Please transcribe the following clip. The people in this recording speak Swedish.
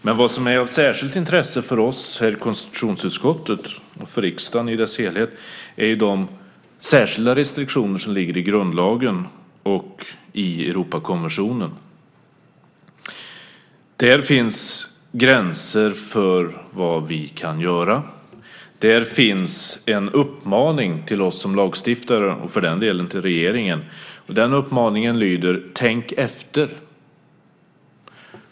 Men vad som är av särskilt intresse för oss här i konstitutionsutskottet och för riksdagen i dess helhet är ju de särskilda restriktioner som ligger i grundlagen och i Europakonventionen. Där finns gränser för vad vi kan göra. Där finns en uppmaning till oss som lagstiftare och för den delen till regeringen. Den uppmaningen lyder: Tänk efter!